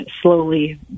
slowly